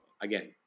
again